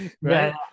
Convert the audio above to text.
right